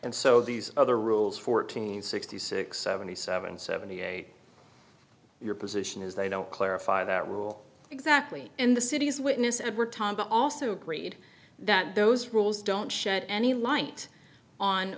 and so these other rules fourteen sixty six seventy seven seventy eight your position is they don't clarify that rule exactly in the city's witness ever time but also agreed that those rules don't shed any light on